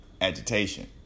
agitation